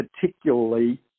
particularly